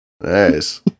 Nice